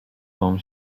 wam